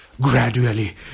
gradually